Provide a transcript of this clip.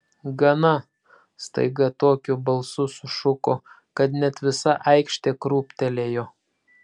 gana staiga tokiu balsu sušuko kad net visa aikštė krūptelėjo